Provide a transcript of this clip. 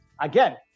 again